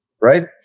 right